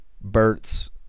Burt's